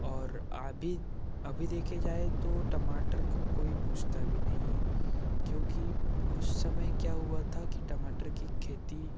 और आभी अभी देखें जाए तो टमाटर को कोई पूछता भी नहीं है क्योंकि उस समय क्या हुआ था कि टमाटर की खेती